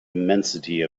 immensity